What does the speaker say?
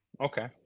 okay